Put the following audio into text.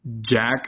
Jack